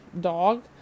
dog